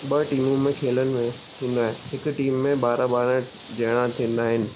ॿ टीमूं में खेॾनि थींदो आहे हिकु टीम में ॿारहं ॿारहं ॼणा थींदा आहिनि